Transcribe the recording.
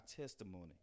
testimony